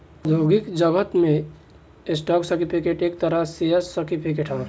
औद्योगिक जगत में स्टॉक सर्टिफिकेट एक तरह शेयर सर्टिफिकेट ह